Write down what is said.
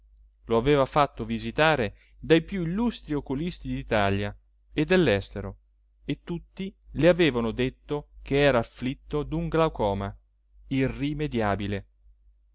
lo aveva fatto visitare dai più illustri oculisti d'italia e dell'estero e tutti le avevano detto che era afflitto d'un glaucoma irrimediabile